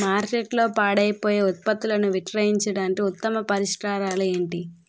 మార్కెట్లో పాడైపోయే ఉత్పత్తులను విక్రయించడానికి ఉత్తమ పరిష్కారాలు ఏంటి?